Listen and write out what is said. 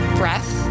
breath